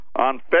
on